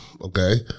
Okay